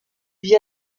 vit